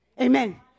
Amen